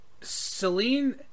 Celine